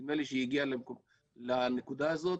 נדמה לי שהיא הגיע לנקודה הזאת,